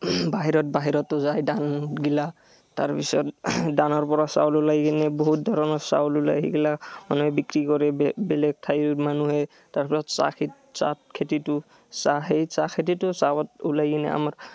বাহিৰত বাহিৰতো যায় ধানগিলা তাৰপিছত ধানৰ পৰা চাউল ওলাই কিনে বহুত ধৰণৰ চাউল ওলাই সেইগিলা মানুহে বিক্ৰী কৰে বে বেলেগ ঠাইৰ মানুহে তাৰপিছত চাহ খেত চাহ খেতিটো চাহ এই চাহ খেতিটোত চাহত ওলাই কিনে আমাৰ